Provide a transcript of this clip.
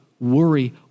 worry